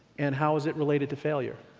and how is it related to failure?